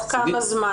תוך כמה זמן?